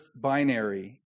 binary